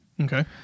Okay